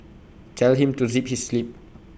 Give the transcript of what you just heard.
tell him to zip his lip